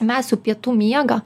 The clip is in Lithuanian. mes jų pietų miegą